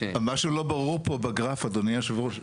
משהו לא ברור פה בגרף, אדוני היושב-ראש.